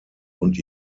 und